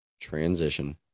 transition